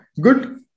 Good